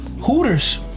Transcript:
Hooters